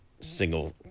single